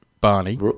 Barney